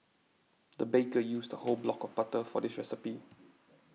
the baker used a whole block of butter for this recipe